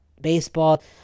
baseball